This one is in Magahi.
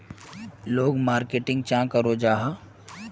लोग मार्केटिंग चाँ करो जाहा?